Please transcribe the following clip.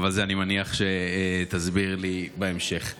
אבל אני מניח שאת זה תסביר לי בהמשך.